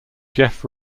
jeff